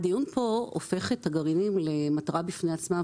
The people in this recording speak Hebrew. הדיון פה הופך את הגרעינים למטרה בפני עצמה,